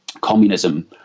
communism